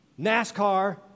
NASCAR